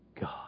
God